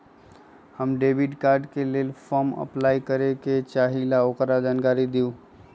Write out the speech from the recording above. हम debit card के लेल फॉर्म अपलाई करे के चाहीं ल ओकर जानकारी दीउ?